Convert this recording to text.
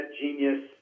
genius